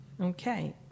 Okay